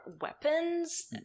weapons